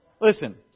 Listen